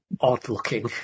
odd-looking